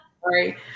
Sorry